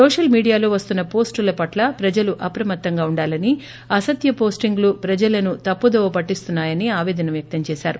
social మీడియాలో వస్తున్న పోస్టుల పట్ల ప్రజలు అప్రమత్తంగా ఉండాలని అసత్య పోస్టింగ్లు ప్రజలను తప్పుదోవ పట్టిస్తున్నాయని ఆపేదన వ్యక్తం చేశారు